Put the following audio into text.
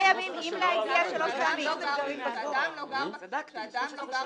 --- כשאדם לא גר בכתובת,